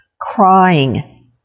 crying